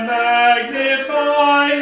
magnify